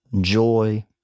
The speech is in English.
joy